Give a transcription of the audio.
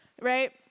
right